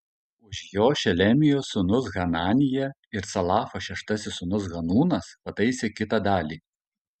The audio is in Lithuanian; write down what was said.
už jo šelemijos sūnus hananija ir calafo šeštasis sūnus hanūnas pataisė kitą dalį